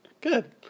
Good